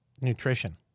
Nutrition